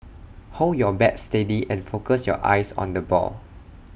hold your bat steady and focus your eyes on the ball